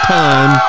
time